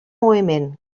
moviment